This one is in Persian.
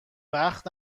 وقت